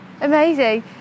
Amazing